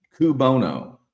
Kubono